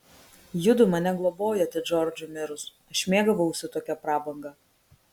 judu mane globojote džordžui mirus aš mėgavausi tokia prabanga